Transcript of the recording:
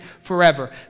forever